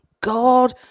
God